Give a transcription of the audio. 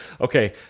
Okay